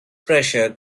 pressure